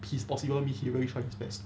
his possible means he really try his best